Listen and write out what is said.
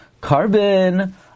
carbon